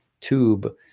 tube